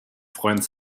freund